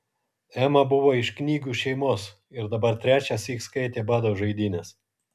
ema buvo iš knygių šeimos ir dabar trečiąsyk skaitė bado žaidynes